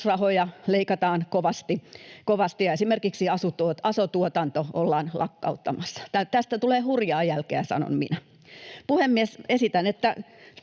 peruskorjausrahoja leikataan kovasti, ja esimerkiksi aso-tuotanto ollaan lakkauttamassa. Tästä tulee hurjaa jälkeä, sanon minä. Puhemies! Esitän,